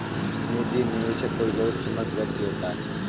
निजी निवेशक कोई बहुत समृद्ध व्यक्ति ही होता है